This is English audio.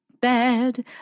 bad